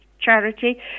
charity